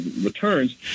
returns